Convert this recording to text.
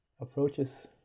approaches